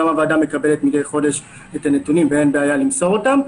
גם הוועדה מקבלת מדי חודש את הנתונים ואין בעיה למסור אותם.